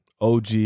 OG